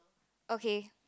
okay